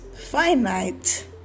finite